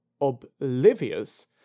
oblivious